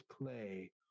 play